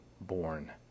born